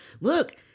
look